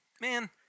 man